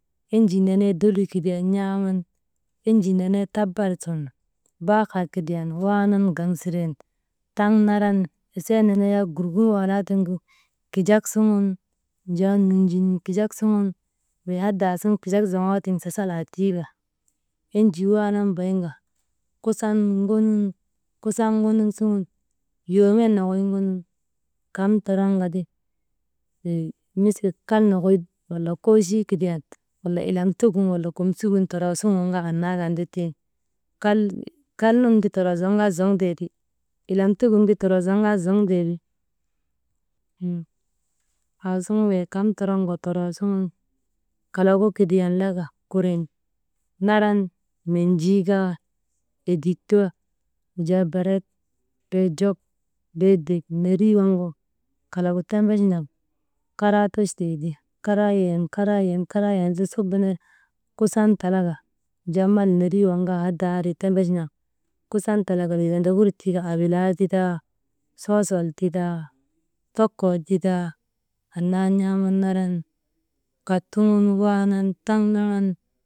Enjii nenee doluu kidiyan n̰aaman, enjii nenee tabar sun baahaa kidiyan waanan gaŋ siren, taŋ naran esee nenee yak gurigin laanaa tiŋgu kijak suŋun, wujaa nunjinin kijak suŋun wey hadaa yak kijak zoŋootii gunun sasalaa tiika enjii waanan bayin ka kusan ŋonun, kusan ŋonun suŋ yoomen nokoy ŋonun kamm toroŋka ti wey misil kal nokoy kochii kidiyan ilamtigin wala komsigin toroo suŋuu nu kaa annaa kan ti tiŋ. « hesitation » kal nun ti toroo zoŋkaa zoŋtee ti, ilamtik gin ti toroo zoŋkaa zoŋtee ti,. «hesitation » aasuŋun wey kamtoroŋ ka toroo suŋun, kalagu kidiyan laka kurin, naran menjii kaa, edik kaa, wujaa berek, gee jok bee dek nerii waŋgu kalak gu tembech naŋ karaa tochtee ti, karaa yayan, karaa yayan, karaa yayan su bee subu ner kusan talaka wujaa mal nerii waŋ kaa wujaa endri tembech naŋ, kusan talak wey ondokur tii ka abilaa ti taa, soosol titaa, tokoo titaa, annaa n̰aaman naran kattuŋun waanan taŋ naŋan.